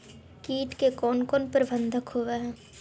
किट के कोन कोन प्रबंधक होब हइ?